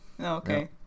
okay